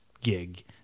gig